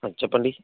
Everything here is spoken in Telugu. చెప్పండి